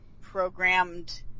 programmed